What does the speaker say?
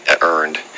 earned